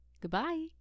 goodbye